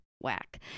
whack